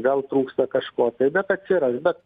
gal trūksta kažko tai bet atsiras bet